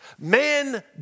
Man